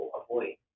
avoid